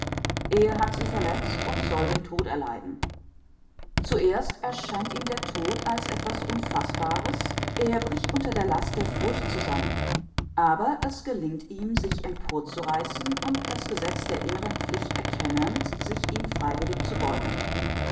er hat sie verletzt und soll den tod erleiden zuerst erscheint ihm der tod als etwas unfaßbares er bricht unter der last der furcht zusammen aber es gelingt ihm sich emporzureißen und das gesetz der inneren pflicht erkennend sich ihm freiwillig zu beugen